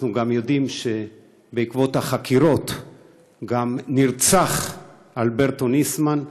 אנחנו גם יודעים שבעקבות החקירות נרצח אלברטו ניסמן,